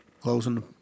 closing